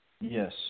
Yes